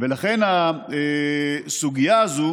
לכן, הסוגיה הזו